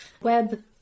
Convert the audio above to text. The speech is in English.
web